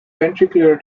ventricular